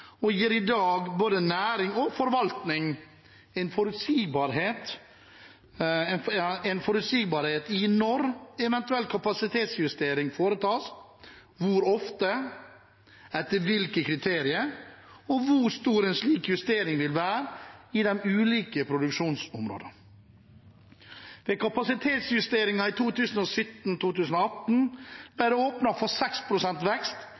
og gir i dag både næring og forvaltning forutsigbarhet for når eventuell kapasitetsjustering foretas, hvor ofte, etter hvilke kriterier, og hvor stor en slik justering vil være i de ulike produksjonsområdene. Ved kapasitetsjusteringen i 2017–2018 ble det åpnet for 6 pst. vekst